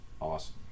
Awesome